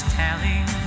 telling